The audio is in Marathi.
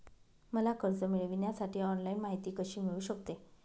मला कर्ज मिळविण्यासाठी ऑनलाइन माहिती कशी मिळू शकते?